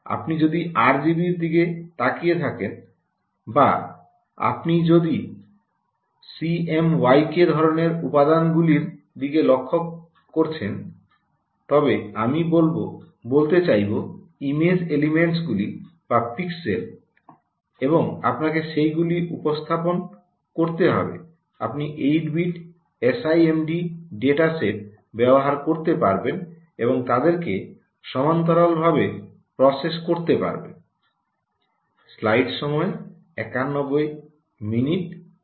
আপনি যদি আরজিবি দিকে তাকিয়ে থাকেন বা আপনি যদি সিএমওয়াইকে ধরণের উপাদানগুলির দিকে লক্ষ্য করছেন তবে আমি বলতে চাইব ইমেজ এলিমেন্টগুলি বা পিক্সেল এবং আপনাকে সেগুলি উপস্থাপন করতে হবে আপনি 8 বিট এসআইএমডি ডেটা সেট ব্যবহার করতে পারবেন এবং তাদেরকে সমান্তরালে ভাবে প্রসেস করতে পারবেন